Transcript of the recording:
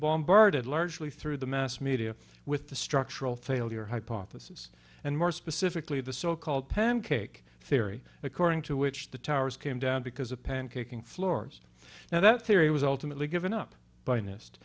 bombarded largely through the mass media with the structural failure hypothesis and more specifically the so called pancake theory according to which the towers came down because of pancaking floors now that theory was ultimately given up by nist